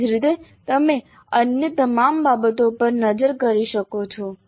એ જ રીતે તમે અન્ય તમામ બાબતો પર નજર કરી શકો છો